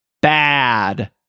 bad